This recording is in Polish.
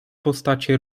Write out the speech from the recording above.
postacie